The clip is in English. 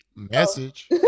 Message